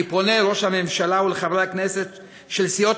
אני פונה אל ראש הממשלה ואל חברי הכנסת של סיעות